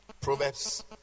Proverbs